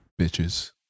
bitches